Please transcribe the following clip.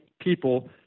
people